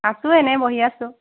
আছোঁ এনেই বহি আছোঁ